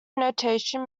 notation